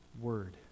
Word